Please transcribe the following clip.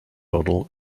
model